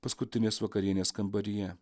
paskutinės vakarienės kambaryje